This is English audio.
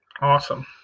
Awesome